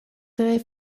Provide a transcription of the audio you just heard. tre